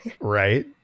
Right